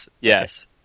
yes